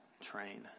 train